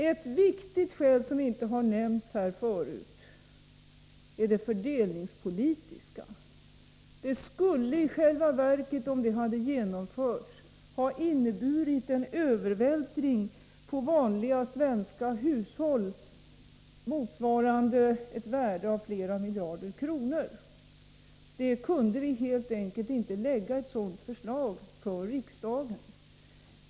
Ett viktigt skäl som inte nämnts förut är det fördelningspolitiska. Om moms hade införts skulle det i själva verket ha inneburit en övervältring på vanliga svenska hushåll, motsvarande ett värde av flera miljarder kronor. Vi kunde helt enkelt inte lägga fram ett sådant förslag för riksdagen.